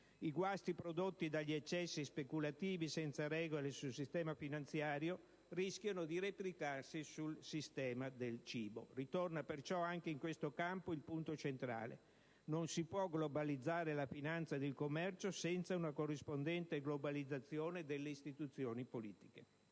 I guasti prodotti dagli eccessi speculativi senza regole sul sistema finanziario rischiano di replicarsi sul sistema del cibo. Ritorna pertanto anche in questo campo il punto centrale: non si può globalizzare la finanza ed il commercio senza una corrispondente globalizzazione delle istituzioni politiche.